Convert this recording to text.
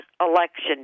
election